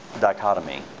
dichotomy